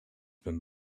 been